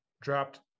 dropped